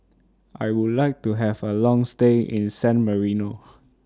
I Would like to Have A Long stay in San Marino